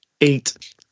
Eight